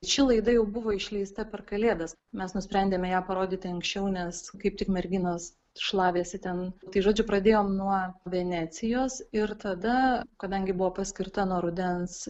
ši laida jau buvo išleista per kalėdas mes nusprendėme ją parodyti anksčiau nes kaip tik merginos šlavėsi ten tai žodžiu pradėjom nuo venecijos ir tada kadangi buvo paskirta nuo rudens